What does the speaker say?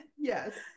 Yes